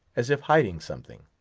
as if hiding something.